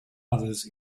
others